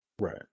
Right